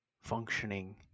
functioning